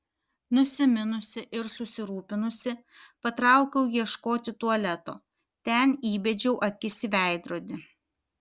nusiminusi ir susirūpinusi patraukiau ieškoti tualeto ten įbedžiau akis į veidrodį